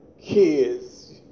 Kids